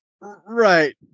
right